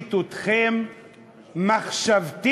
משחית אתכם מחשבתית.